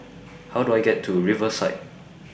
How Do I get to Riverside